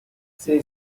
say